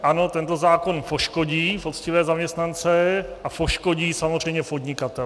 Ano, tento zákon poškodí poctivé zaměstnance a poškodí samozřejmě podnikatele.